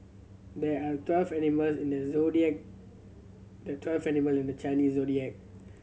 there are twelve animals in the zodiac there are twelve animal in the Chinese Zodiac